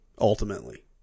ultimately